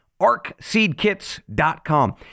Arcseedkits.com